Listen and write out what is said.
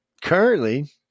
currently